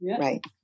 Right